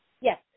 Yes